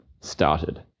started